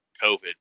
COVID